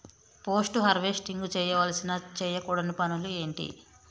Post harvesting చేయవలసిన చేయకూడని పనులు ఏంటి?